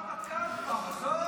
עזוב את הרמטכ"ל כבר, עזוב את הרמטכ"ל.